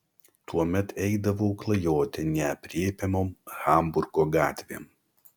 tuomet eidavau klajoti neaprėpiamom hamburgo gatvėm